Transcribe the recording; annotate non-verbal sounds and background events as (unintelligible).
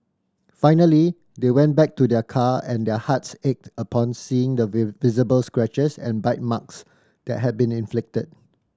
finally they went back to their car and their hearts ached upon seeing the (unintelligible) visible scratches and bite marks that had been inflicted